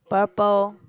purple